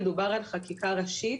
מדובר על חקיקה ראשית.